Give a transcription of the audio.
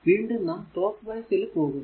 വീണ്ടും നാം clockwise പോകുന്നു